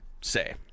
say